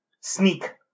Sneak